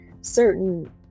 certain